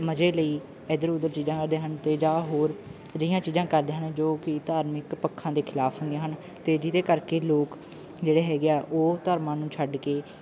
ਮਜ਼ੇ ਲਈ ਇੱਧਰ ਉੱਧਰ ਚੀਜ਼ਾਂ ਕਰਦੇ ਹਨ ਅਤੇ ਜਾਂ ਹੋਰ ਅਜਿਹੀਆਂ ਚੀਜ਼ਾਂ ਕਰਦੇ ਹਨ ਜੋ ਕਿ ਧਾਰਮਿਕ ਪੱਖਾਂ ਦੇ ਖਿਲਾਫ ਹੁੰਦੀਆਂ ਹਨ ਅਤੇ ਜਿਹਦੇ ਕਰਕੇ ਲੋਕ ਜਿਹੜੇ ਹੈਗੇ ਆ ਉਹ ਧਰਮਾਂ ਨੂੰ ਛੱਡ ਕੇ